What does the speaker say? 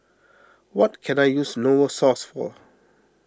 what can I use Novosource for